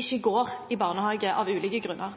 ikke går i barnehage av ulike grunner.